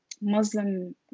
Muslim